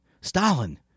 Stalin